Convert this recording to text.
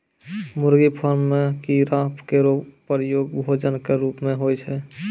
मुर्गी फार्म म कीड़ा केरो प्रयोग भोजन क रूप म होय छै